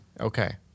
Okay